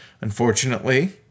unfortunately